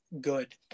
good